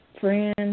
friend